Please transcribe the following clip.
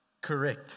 correct